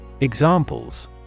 Examples